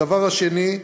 הדבר השני,